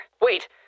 Wait